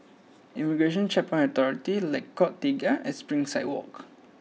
Immigration and Checkpoints Authority Lengkok Tiga and Springside Walk